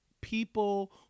people